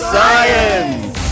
Science